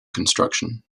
construction